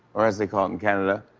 or as they call it in canada?